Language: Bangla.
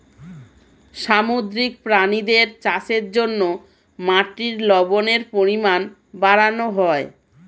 সামুদ্রিক প্রাণীদের চাষের জন্যে মাটির লবণের পরিমাণ বাড়ানো হয়